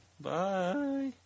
Bye